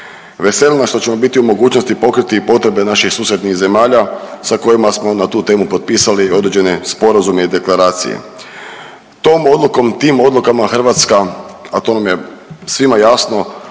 veseli nas što ćemo biti u mogućnosti pokriti i potrebe naših susjednih zemalja sa kojima smo na tu temu potpisali određene sporazume i deklaracije. Tom odlukom, tim odlukama Hrvatska, a to nam je svima jasno